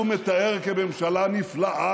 שהוא מתאר כממשלה נפלאה,